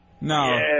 No